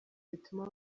bituma